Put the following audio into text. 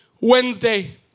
Wednesday